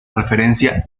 referencia